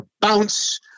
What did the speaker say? bounce